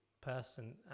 person